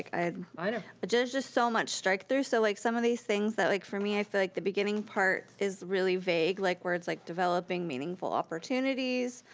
kind of ah just just so much strikethrough so like some of these things that like for me i feel like the beginning part is really vague, like words like developing meaningful opportunities,